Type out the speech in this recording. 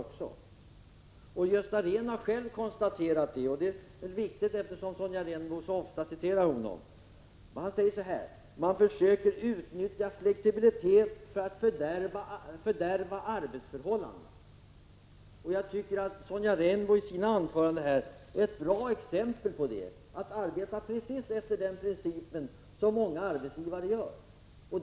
Jag har här hänvisat till vad Gösta Rehn själv har konstaterat. Det är viktigt att framhålla detta, eftersom Sonja Rembo så ofta citerar honom. Han säger att man försöker utnyttja flexibilitet för att fördärva arbetsförhållanden. Jag tycker att Sonja Rembo i sina anföranden här har givit ett bra exempel på det — att arbeta precis efter den princip som många arbetsgivare tillämpar.